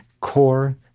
core